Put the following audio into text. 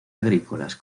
agrícolas